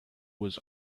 was